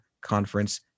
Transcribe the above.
conference